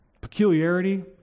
peculiarity